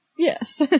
Yes